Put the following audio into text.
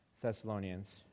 Thessalonians